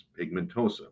pigmentosa